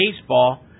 baseball